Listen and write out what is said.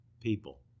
people